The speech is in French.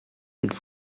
êtes